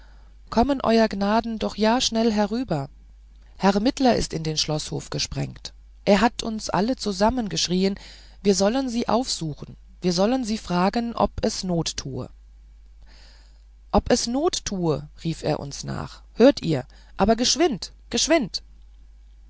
kommen euer gnaden doch ja schnell herüber herr mittler ist in den schloßhof gesprengt er hat uns alle zusammengeschrieen wir sollen sie aufsuchen wir sollen sie fragen ob es not tue ob es not tut rief er uns nach hört ihr aber geschwind geschwind